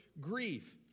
grief